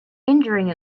injuring